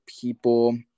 people